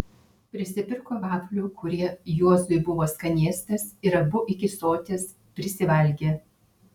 prisipirko vaflių kurie juozui buvo skanėstas ir abu iki soties prisivalgė